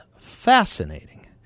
fascinating